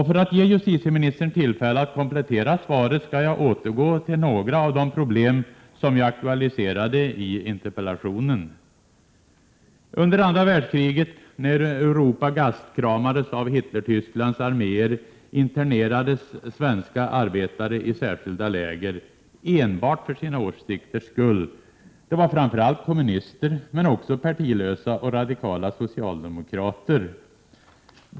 För att ge justitieministern tillfälle att komplettera svaret skall jag återgå till några av de problem som jag aktualiserade i interpellationen. Under andra världskriget, när Europa gastkramades av Hitlertysklands arméer, internerades svenska arbetare enbart för sina åsikters skull i särskilda läger. Det var framför allt kommunister, men också partilösa och radikala socialdemokrater.